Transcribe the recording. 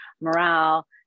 morale